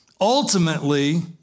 ultimately